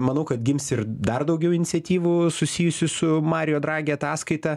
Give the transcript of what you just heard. manau kad gims ir dar daugiau iniciatyvų susijusių su mario dragi ataskaita